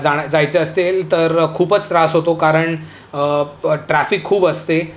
जाणं जायचं असेल तर खूपच त्रास होतो कारण ट्रॅफिक खूप असते